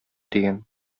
дигән